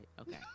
okay